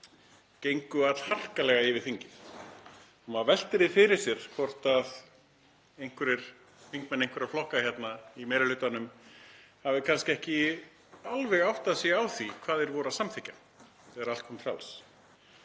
gengu allharkalega yfir þingið. Maður veltir því fyrir sér hvort einhverjir þingmenn einhverra flokka í meiri hlutanum hafi kannski ekki alveg áttað sig á því hvað þeir voru að samþykkja þegar allt kom til